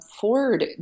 Ford